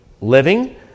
living